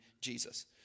Jesus